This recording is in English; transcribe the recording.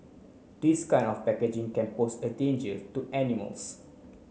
this kind of packaging can pose a danger to animals